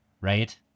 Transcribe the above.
right